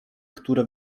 które